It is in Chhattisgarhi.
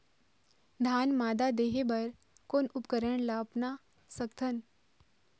धान मादा देहे बर कोन उपकरण ला अपना सकथन?